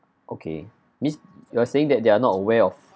okay means you're saying that they are not aware of